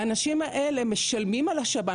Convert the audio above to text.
האנשים האלה משלמים על השב"ן